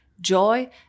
joy